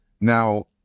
Now